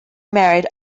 married